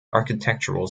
architectural